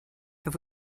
have